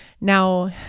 Now